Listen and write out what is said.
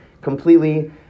completely